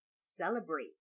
celebrate